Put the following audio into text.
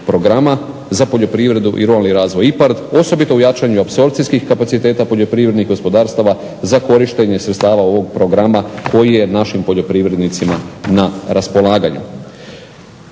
programa za poljoprivredu i ruralni razvoj IPARD osobito u jačanju apsorpcijskih kapaciteta poljoprivrednih gospodarstava za korištenje sredstava ovog programa koji je našim poljoprivrednicima na raspolaganju.